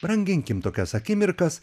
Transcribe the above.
branginkim tokias akimirkas